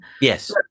Yes